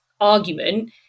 argument